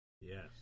Yes